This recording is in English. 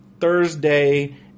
Thursday